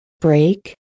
break